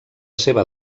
seva